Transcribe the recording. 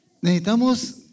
necesitamos